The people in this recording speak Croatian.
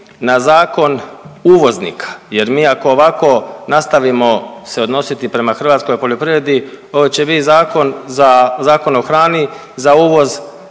na zakon uvoznika jer mi ako ovako nastavimo se odnositi prema hrvatskoj poljoprivredi ovo će bit zakon za, Zakon o hrani za uvoz